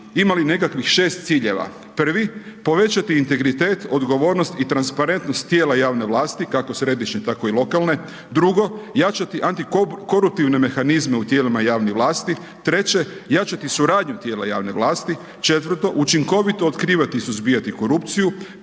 imali nekakvih 6 ciljeva. Prvi, povećati integritet, odgovornost i transparentnost tijela javne vlasti, kako središnje, tako i lokalne. Drugo, jačati antikoruptivne mehanizme u tijelima javne vlasti, treće, jačati suradnju tijela javne vlasti, četvrto, učinkovito otkrivati i suzbijati korupciju.